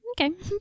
Okay